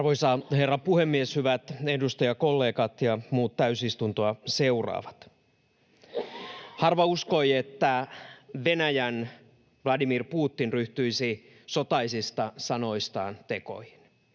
Arvoisa herra puhemies, hyvät edustajakollegat ja muut täysistuntoa seuraavat! Harva uskoi, että Venäjän Vladimir Putin ryhtyisi sotaisista sanoistaan tekoihin.